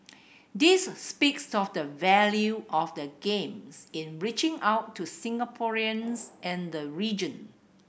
this speaks of the value of the Games in reaching out to Singaporeans and the region